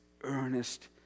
earnest